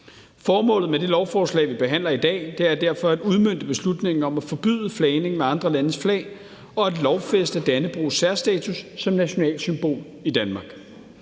Formålet med det lovforslag, vi behandler i dag, er derfor at udmønte beslutningen om at forbyde flagning med andre landes flag og at lovfæste Dannebrogs særstatus som nationalsymbol i Danmark.